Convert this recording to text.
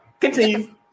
continue